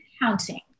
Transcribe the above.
counting